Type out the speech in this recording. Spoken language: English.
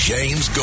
James